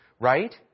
Right